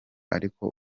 ariko